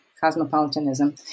cosmopolitanism